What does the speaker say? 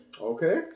Okay